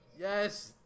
Yes